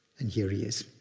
and here he is.